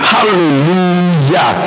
Hallelujah